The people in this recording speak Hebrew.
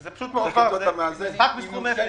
--- זה משחק בסכום אפס.